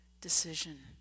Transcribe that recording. decision